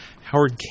Howard